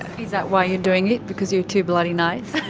is that why you're doing it, because you're too bloody nice?